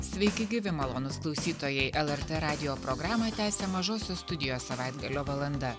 sveiki gyvi malonūs klausytojai lrt radijo programą tęsia mažosios studijos savaitgalio valanda